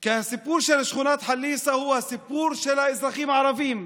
כי הסיפור של שכונת חליסה הוא הסיפור של האזרחים הערבים.